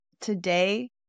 today